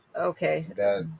Okay